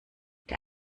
der